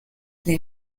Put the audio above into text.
les